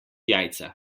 jajca